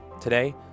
Today